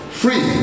free